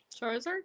Charizard